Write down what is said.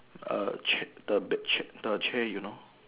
err chat the bat chat the chair you know